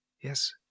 Yes